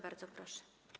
Bardzo proszę.